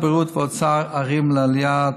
משרדי הבריאות והאוצר ערים לעלייה